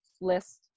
list